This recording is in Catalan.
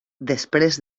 després